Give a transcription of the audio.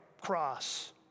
cross